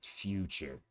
Future